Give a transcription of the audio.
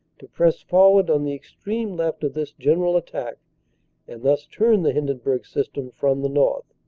to press forward on the extreme left of this general attack and thus turn the hindenburg system from the north.